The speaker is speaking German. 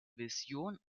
vision